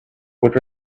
would